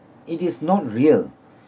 it is not real